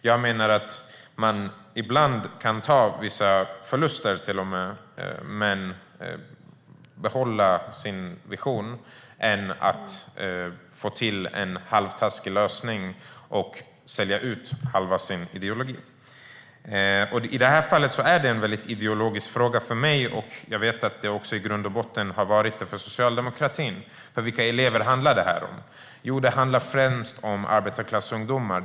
Jag menar att man ibland till och med kan ta vissa förluster men behålla sin vision i stället för att få till en halvtaskig lösning och sälja ut halva sin ideologi. I detta fall är det en mycket ideologisk fråga för mig. Jag vet att det i grund och botten också har varit det för socialdemokratin. Vilka elever handlar det här om? Jo, det handlar främst om arbetarklassungdomar.